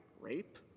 rape